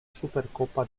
supercoppa